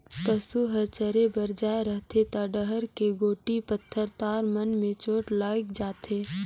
पसू हर चरे बर जाये रहथे त डहर के गोटी, पथरा, तार मन में चोट लायग जाथे